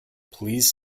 please